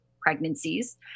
pregnancies